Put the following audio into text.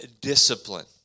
discipline